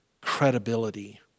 credibility